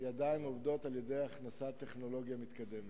ידיים עובדות על-ידי הכנסת טכנולוגיה מתקדמת.